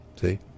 see